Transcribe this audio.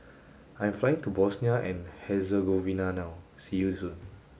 I am flying to Bosnia and Herzegovina now see you soon